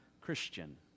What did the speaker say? Christian